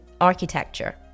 architecture